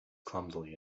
clumsily